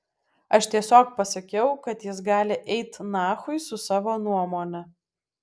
aš tiesiog pasakiau kad jis gali eit nachui su savo nuomone